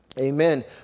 amen